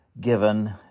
given